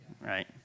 right